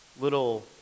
little